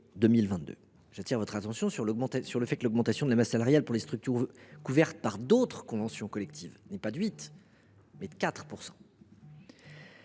J’appelle votre attention sur le fait que l’augmentation de la masse salariale pour les structures couvertes par d’autres conventions collectives est, non pas de 8 %, mais de 4 %.